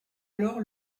alors